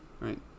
Right